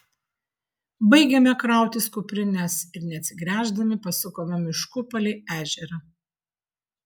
baigėme krautis kuprines ir neatsigręždami pasukome mišku palei ežerą